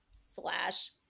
slash